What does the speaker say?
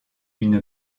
une